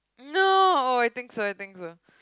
no I think so I think so